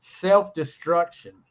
self-destruction